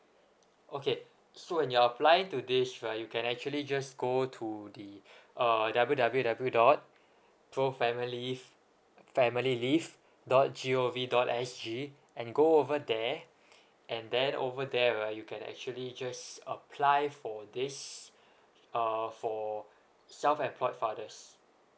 okay so when you're applying to this right you can actually just go to the err W W W dot both family leave family leave dot G O V dot S G and go over there and then over there right you can actually just apply for this uh for self employed fathers